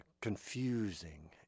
confusing